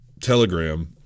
Telegram